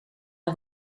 hij